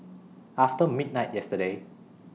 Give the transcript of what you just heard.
after midnight yesterday